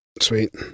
sweet